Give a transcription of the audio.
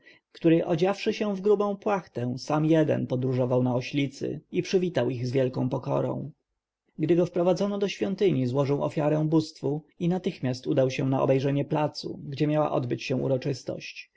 który odziawszy się w grubą płachtę sam jeden podróżował na oślicy i przywitał ich z wielką pokorą gdy go wprowadzono do świątyni złożył ofiarę bóstwu i natychmiast udał się na obejrzenie placu gdzie miała odbyć się uroczystość